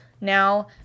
now